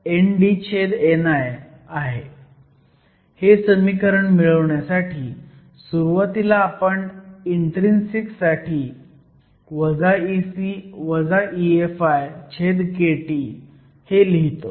हे समीकरण मिळवण्यासाठी सुरुवातीला आपण इन्ट्रीन्सिक साठी Ec EFikT हे लिहतो